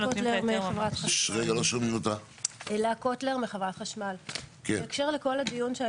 כי כתוב שכל הפעלת הסמכויות צריכה ממש